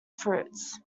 fruits